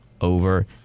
over